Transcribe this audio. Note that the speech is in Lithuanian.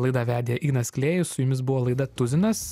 laidą vedė ignas klėjus su jumis buvo laida tuzinas